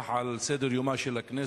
עד עצם היום הזה מונחת על סדר-יומה של הכנסת